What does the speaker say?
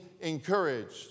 encouraged